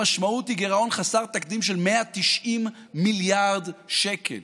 המשמעות היא גירעון חסר תקדים של 190 מיליארד שקל.